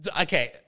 Okay